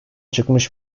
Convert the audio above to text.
çıkmış